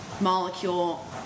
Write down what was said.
molecule